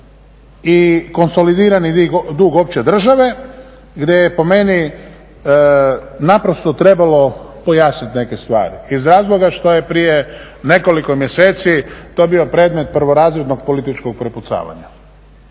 i konsolidirani dug opće države gdje je po meni naprosto trebalo pojasniti neke stvari iz razloga što je prije nekoliko mjeseci to bio predmet prvorazrednog političkog prepucavanja.